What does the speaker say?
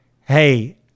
Hey